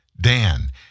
dan